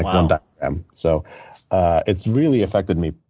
um and um so it's really affected me.